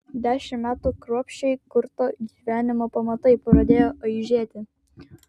dešimt metų kruopščiai kurto gyvenimo pamatai pradėjo aižėti